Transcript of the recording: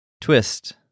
Twist